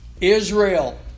Israel